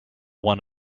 one